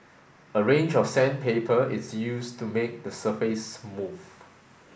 a range of sandpaper is used to make the surface smooth